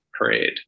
parade